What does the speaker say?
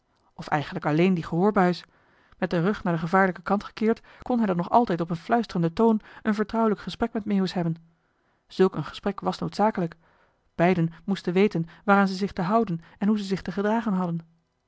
of eigenlijk alleen die gehoorbuis met den rug naar den gevaarlijken kant gekeerd kon hij dan nog altijd op een fluisterenden toon een vertrouwelijk gesprek met meeuwis hebben zulk een gesprek was noodzakelijk beiden moesten weten waaraan zij zich te houden en hoe zij zich te gedragen hadden